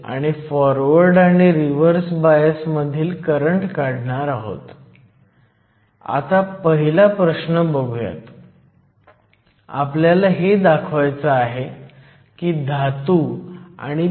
तर जेव्हा junction equilibrium असते तेव्हा हे पोटेन्शियल असते आणि हे तयार होते कारण आपल्याकडे n बाजूचे इलेक्ट्रॉन p बाजूला जातात